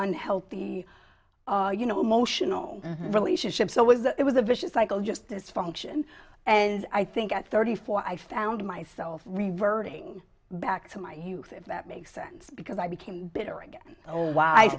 unhealthy you know motional relationship so was that it was a vicious cycle just dysfunction and i think at thirty four i found myself reverting back to my youth if that makes sense because i became bitter again